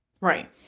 Right